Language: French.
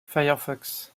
firefox